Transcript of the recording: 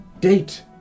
Date